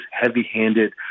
heavy-handed